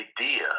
idea